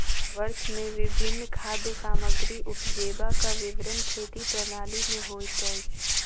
वर्ष मे विभिन्न खाद्य सामग्री उपजेबाक विवरण खेती प्रणाली में होइत अछि